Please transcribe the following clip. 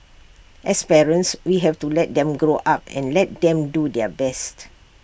as parents we have to let them grow up and let them do their best